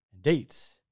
dates